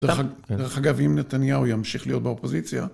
דרך אגב, אם נתניהו ימשיך להיות באופוזיציה...